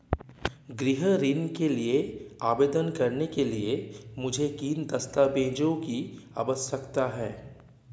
गृह ऋण के लिए आवेदन करने के लिए मुझे किन दस्तावेज़ों की आवश्यकता है?